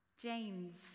James